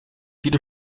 viele